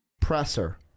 presser